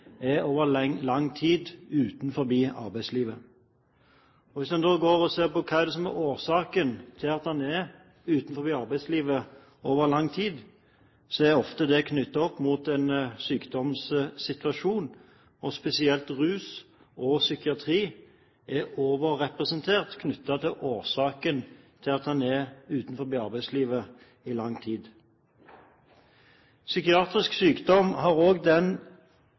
arbeidslivet over lang tid. Hvis en da ser på hva som er årsaken til at man er utenfor arbeidslivet over lang tid, er det ofte knyttet til en sykdomssituasjon. Spesielt rus og psykiatri er overrepresentert når det gjelder årsaken til at man er utenfor arbeidslivet i lang tid. Psykiatrisk sykdom har den